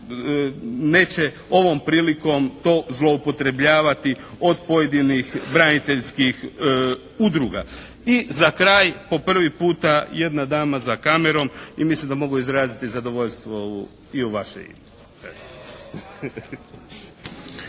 neće ovom prilikom to zloupotrebljavati od pojedinih braniteljskih udruga. I za kraj, po prvi puta jedna dama za kamerom i mislim da mogu izraziti zadovoljstvo i u vaše ime.